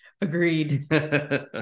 Agreed